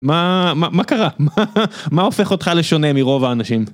מה קרה? מה הופך אותך לשונה מרוב האנשים?